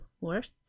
worth